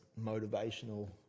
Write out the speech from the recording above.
motivational